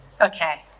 okay